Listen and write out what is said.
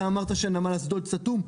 אתה אמרת שנמל אשדוד סתום?